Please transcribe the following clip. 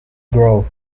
grow